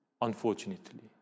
unfortunately